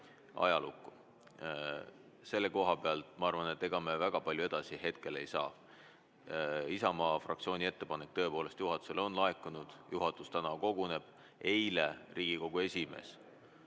Selle koha pealt ma arvan, et ega me väga palju edasi hetkel ei saa. Isamaa fraktsiooni ettepanek on tõepoolest juhatusele laekunud ja juhatus täna koguneb. Eile suhtles Riigikogu esimees